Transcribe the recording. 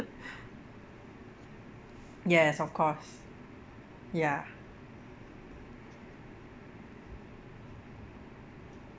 yes of course ya